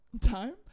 time